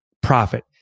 profit